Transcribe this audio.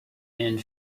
and